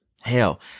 Hell